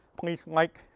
please like,